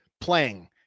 playing